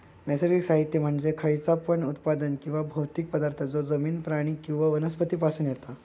नैसर्गिक साहित्य म्हणजे खयचा पण उत्पादन किंवा भौतिक पदार्थ जो जमिन, प्राणी किंवा वनस्पती पासून येता